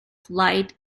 flight